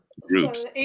groups